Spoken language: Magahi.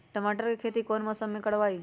टमाटर की खेती कौन मौसम में करवाई?